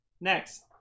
next